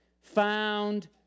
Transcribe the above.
found